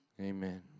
Amen